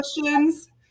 questions